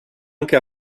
anche